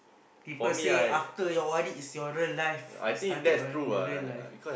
people say after your O_R_D is your real life started on your real life